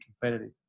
competitive